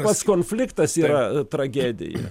pats konfliktas yra tragedija